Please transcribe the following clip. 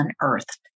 unearthed